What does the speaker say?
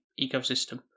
ecosystem